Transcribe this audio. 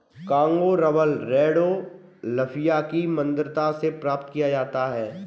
Congo rubber Landolphia की मदिरा से प्राप्त किया जाता है